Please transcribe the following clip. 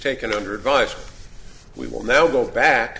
taken under advice we will now go back